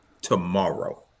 tomorrow